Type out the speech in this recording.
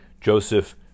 Joseph